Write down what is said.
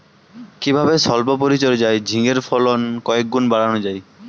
কিভাবে সল্প পরিচর্যায় ঝিঙ্গের ফলন কয়েক গুণ বাড়ানো যায়?